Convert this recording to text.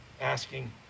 asking